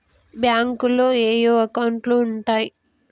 బ్యాంకులో ఏయే అకౌంట్లు ఉంటయ్?